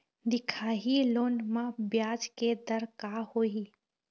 दिखाही लोन म ब्याज के दर का होही?